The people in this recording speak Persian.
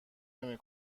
نمی